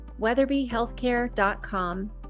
WeatherbyHealthcare.com